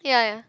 ya ya